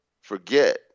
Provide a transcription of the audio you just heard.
forget